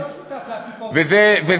אל